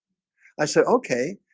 i said okay.